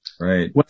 Right